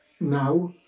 now